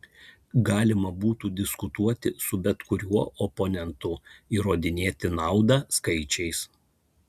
galima būtų diskutuoti su bet kuriuo oponentu įrodinėti naudą skaičiais